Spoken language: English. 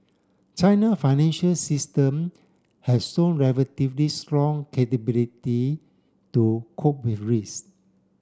China financial system has shown relatively strong capability to cope with risk